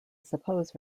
suppose